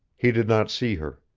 he did not see her.